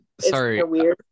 sorry